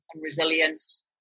resilience